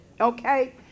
okay